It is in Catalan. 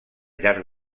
llarg